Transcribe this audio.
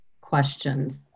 questions